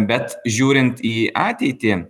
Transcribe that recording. bet žiūrint į ateitį